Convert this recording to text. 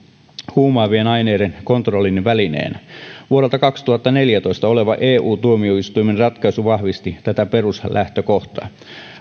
huumaavien aineiden kontrollin välineenä vuodelta kaksituhattaneljätoista oleva eu tuomioistuimen ratkaisu vahvisti tätä peruslähtökohtaa